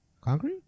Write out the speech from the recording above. Concrete